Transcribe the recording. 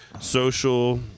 social